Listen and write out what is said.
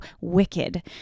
Wicked